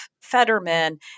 Fetterman